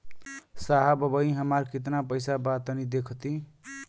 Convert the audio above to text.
साहब अबहीं हमार कितना पइसा बा तनि देखति?